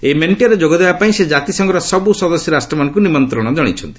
ଏହି ମେଣ୍ଟରେ ଯୋଗ ଦେବା ପାଇଁ ସେ ଜାତିସଂଘର ସବୁ ସଦସ୍ୟ ରାଷ୍ଟ୍ରମାନଙ୍କୁ ନିମନ୍ତ୍ରଣ ଜଣାଇଛନ୍ତି